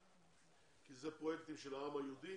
כי אלה פרויקטים של העם היהודי,